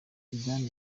zidane